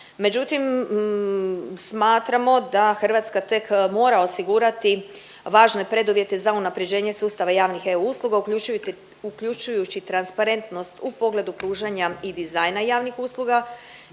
međutim smatramo da Hrvatska tek mora osigurati važne preduvjete za unapređenje sustava javnih e-usluga uključujući transparentnost u pogledu pružanja i dizajna javnih usluga,